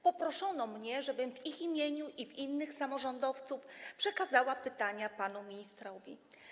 Poproszono mnie, żebym w imieniu ich i innych samorządowców przekazała pytania panu ministrowi.